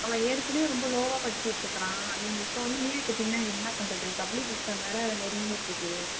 அவன் ஏற்கனவே ரொம்ப லோவாக படிச்சுட்டுருக்கறான் நீங்கள் இப்போ வந்து லீவு கேட்டிங்கனா என்ன பண்ணுறது பப்ளிக் எக்ஸாம் வேறு நெருங்கிட்டுருக்கு